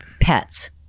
pets